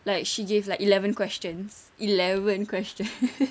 like she gave like eleven questions eleven questions